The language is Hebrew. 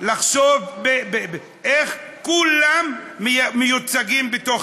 לחשוב איך כולם מיוצגים בתוך